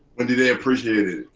wendy, they appreciated it.